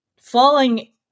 Falling